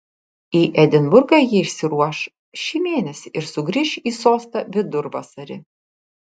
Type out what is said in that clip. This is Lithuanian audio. į edinburgą ji išsiruoš šį mėnesį ir sugrįš į sostą vidurvasarį